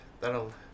that'll